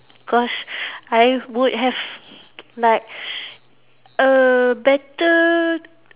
cause I would have like a better